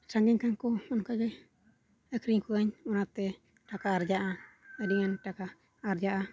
ᱥᱟᱸᱜᱮᱭᱮᱱ ᱠᱷᱟᱱ ᱠᱚ ᱚᱱᱠᱟᱜᱮ ᱟᱹᱠᱷᱨᱤᱧ ᱠᱚᱣᱟᱧ ᱚᱱᱟᱛᱮ ᱴᱟᱠᱟ ᱟᱨᱡᱟᱜᱼᱟ ᱟᱹᱰᱤᱜᱟᱱ ᱴᱟᱠᱟ ᱟᱨᱡᱟᱜᱼᱟ